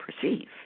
perceive